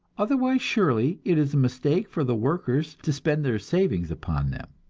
otherwise, surely, it is a mistake for the workers to spend their savings upon them.